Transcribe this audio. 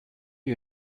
you